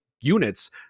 units